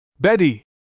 Betty